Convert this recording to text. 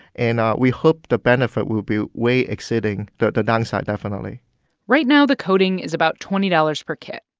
and we hope the benefit will be way exceeding the the downside, definitely right now the coating is about twenty dollars per kit.